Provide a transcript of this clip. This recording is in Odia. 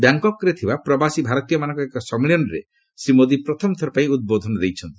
ବ୍ୟାଙ୍କକ୍ରେ ଥିବା ପ୍ରବାସୀ ଭାରତୀୟମାନଙ୍କ ଏକ ସମ୍ମିଳନୀରେ ଶ୍ରୀ ମୋଦି ପ୍ରଥମଥର ପାଇଁ ଉଦ୍ବୋଧନ ଦେଇଛନ୍ତି